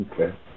Okay